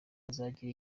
uzagira